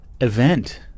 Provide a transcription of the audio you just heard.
event